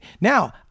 Now